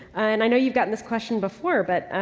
and i know you've gotten this question before but,